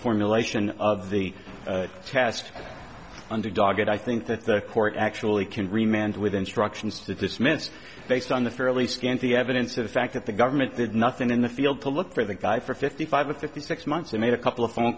formulation of the task underdog and i think that the court actually can remained with instructions to dismiss based on the fairly scanty evidence of the fact that the government did nothing in the field to look for the guy for fifty five with fifty six months they made a couple of phone